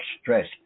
stress